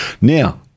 now